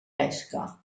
pesca